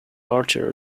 archer